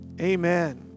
amen